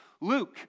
Luke